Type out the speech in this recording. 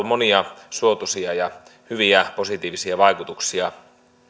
monia suotuisia ja hyviä positiivisia vaikutuksia